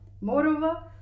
Moreover